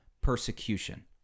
persecution